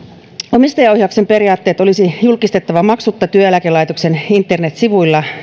omistajaohjauksen periaatteet olisi julkistettava maksutta työeläkelaitoksen internetsivuilla